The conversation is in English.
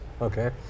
Okay